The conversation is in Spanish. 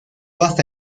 hasta